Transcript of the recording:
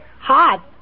Hot